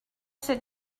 sit